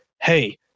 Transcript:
hey